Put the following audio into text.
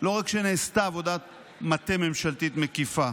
לא רק שנעשתה עבודת מטה ממשלתית מקיפה,